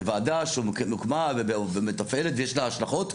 ועדה שהוקמה ויש לה השלכות.